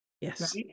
Yes